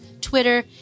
Twitter